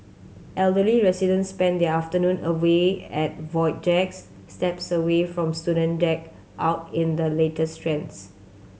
elderly residents spend their afternoon away at void decks steps away from student decked out in the latest trends